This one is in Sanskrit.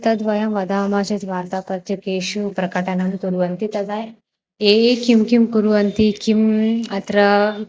तद् वयं वदामः चेत् वार्तापत्रकासु प्रकटनं कुर्वन्ति तदा ये ये किं किं कुर्वन्ति किम् अत्र